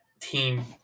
team